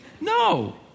No